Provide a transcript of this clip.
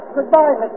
Goodbye